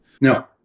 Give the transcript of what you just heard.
no